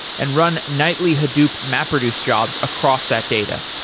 and run nightly hadoop map reduce jobs across that data.